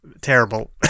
terrible